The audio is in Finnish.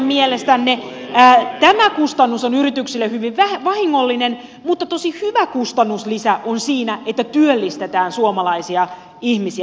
teidän mielestänne tämä kustannus on yrityksille hyvin vahingollinen mutta tosi hyvä kustannuslisä on siinä että työllistetään suomalaisia ihmisiä